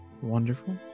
Wonderful